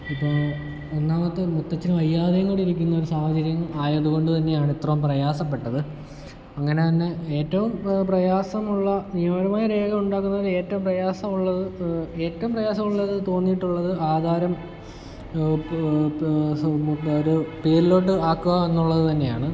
ഇപ്പോൾ ഒന്നാമത്തേത് മുത്തച്ഛന് വയ്യാതായും കൂടിയിരിക്കുന്ന ഒരു സാഹചര്യം ആയതുകൊണ്ട് തന്നെയാണ് ഇത്രയും പ്രയാസപ്പെട്ടത് അങ്ങനെ തന്നെ ഏറ്റവും പ്രയാസമുള്ള നിയമപരമായ രേഖകൾ ഉണ്ടാക്കുന്നതിന് ഏറ്റവും പ്രയാസമുള്ളത് ഏറ്റവും പ്രയാസമുള്ളത്ന്ന് തോന്നീട്ടുള്ളത് ആധാരം അവരുടെ പേരിലോട്ട് ആക്കുക എന്നുള്ളത് തന്നെയാണ്